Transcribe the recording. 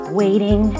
waiting